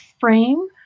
frame